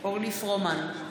אורלי פרומן,